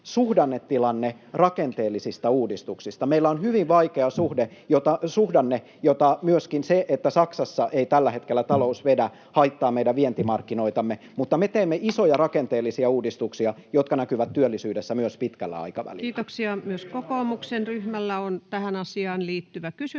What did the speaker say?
suhdannetilanne rakenteellisista uudistuksista. Meillä on hyvin vaikea suhdanne, jossa myöskin se, että Saksassa ei tällä hetkellä talous vedä, haittaa meidän vientimarkkinoitamme. Mutta me teemme isoja rakenteellisia uudistuksia, jotka näkyvät työllisyydessä myös pitkällä aikavälillä. [Speech 46] Speaker: Ensimmäinen varapuhemies